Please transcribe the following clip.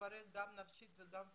תתפרק גם נפשית וגם פיזית,